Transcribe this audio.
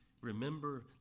Remember